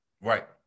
Right